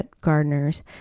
gardeners